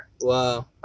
Wow